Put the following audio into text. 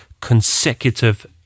consecutive